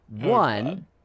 one